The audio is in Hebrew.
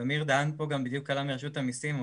אז אמיר דהן מרשות המסים פה,